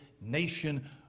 nation